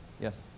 Yes